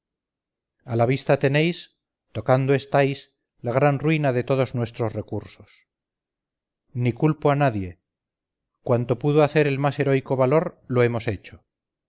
a la vista tenéis tocando estáis la gran ruina de todos nuestros recursos ni culpo a nadie cuanto pudo hacer el más heroico valor lo hemos hecho